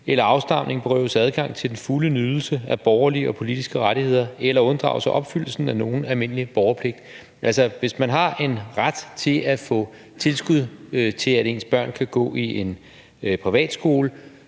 eller afstamning berøves adgang til den fulde nydelse af borgerlige og politiske rettigheder eller unddrage sig opfyldelsen af nogen almindelig borgerpligt.« Altså, hvis man har en ret til at få tilskud til, at ens børn kan gå i en privatskole,